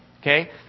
Okay